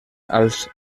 als